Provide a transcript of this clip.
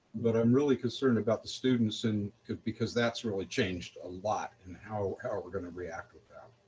but i'm really concerned about the students and because because that's really changed a lot and how we're going to react with them.